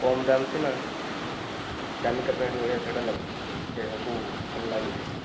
କମ୍ ଦାମ୍ ସିନା ଦାମିକିଆ ପ୍ୟାଣ୍ଟ ଭଳିଆ ସେ ଲାଗୁ ଦେହକୁ ଭଲ ଲାଗୁଛି